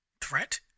threat